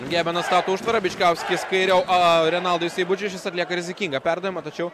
gebnas stato užtvarą bičkauskis kairiau renaldui seibučiui šis atlieka rizikingą perdavimą tačiau